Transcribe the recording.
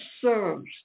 serves